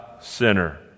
sinner